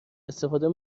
استفاده